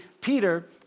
Peter